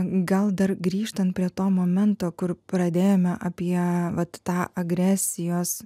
gal dar grįžtant prie to momento kur pradėjome apie vat tą agresijos